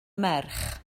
merch